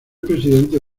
presidente